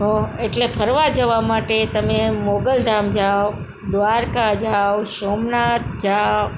તો એટલે ફરવા જવા માટે તમે મોઘલધામ જાઓ દ્વારકા જાઓ સોમનાથ જાઓ